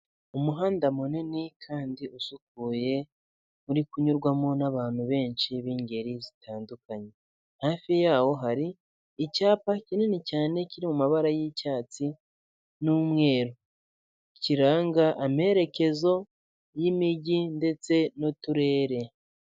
Umuhanda munini kandi usukuye uri kunyurwamo n'abantu benshi b'ingeri zitandukanye, hafi yawo hari icyapa kinini cyane kiri mu mabara y'icyatsi n'umweru kiranga amerekezo y'imijyi ndetse n'uturere.